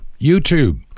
YouTube